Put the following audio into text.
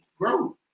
growth